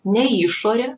ne į išorę